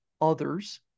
others